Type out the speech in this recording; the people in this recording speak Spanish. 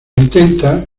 intenta